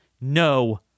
no